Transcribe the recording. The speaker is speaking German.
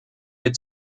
wir